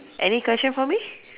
any question for me